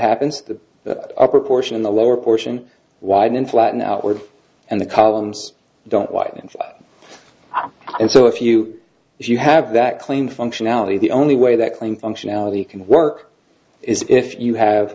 happens the upper portion in the lower portion widen flatten outward and the columns don't want and so if you if you have that claim functionality the only way that claim functionality can work is if you have